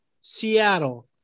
Seattle